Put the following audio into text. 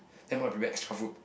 then mum prepare extra food